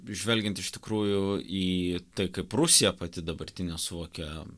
žvelgiant iš tikrųjų į tai kaip rusija pati dabartinė suvokia